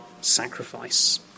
sacrifice